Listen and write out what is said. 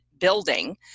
building